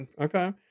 okay